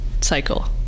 cycle